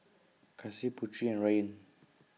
Kasih Putri and Ryan